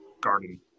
garden